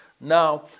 Now